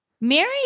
Mary